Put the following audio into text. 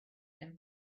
him